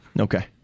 Okay